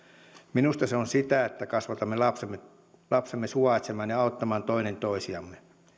minusta se on sitä että kasvatamme lapsemme lapsemme suvaitsemaan ja auttamaan toinen toisiamme